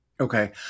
Okay